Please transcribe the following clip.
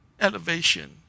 Elevation